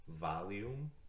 volume